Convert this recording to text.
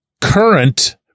current